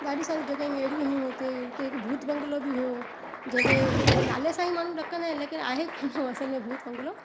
ॾाढी सारी जॻहियूं अहिड़ी आहियूं हुते हुते हिकु भूत बंग्लो बि हुओ जेंजे नाले सां ई माण्हू ॾकंदा आहिनि लेकिन आहे कोनि उहो असुल में भूत बंग्लो